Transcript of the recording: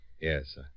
Yes